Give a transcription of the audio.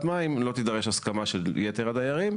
מים לא תידרש הסכמה של יתר הדיירים,